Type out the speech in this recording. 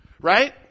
Right